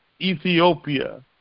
Ethiopia